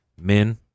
men